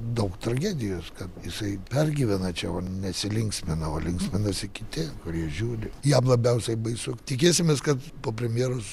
daug tragedijos kad jisai pergyvena čia o nesilinksmina o linksminasi kiti kurie žiūri jam labiausiai baisu tikėsimės kad po premjeros